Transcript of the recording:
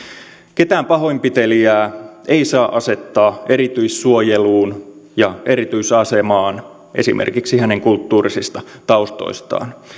ketään pahoinpitelijää ei saa asettaa erityissuojeluun ja erityisasemaan esimerkiksi hänen kulttuurisista taustoistaan